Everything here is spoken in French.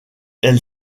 elle